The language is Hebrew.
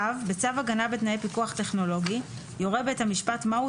(ו)בצו הגנה בתנאי פיקוח טכנולוגי יורה בית השפט מהו